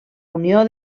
unió